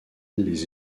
les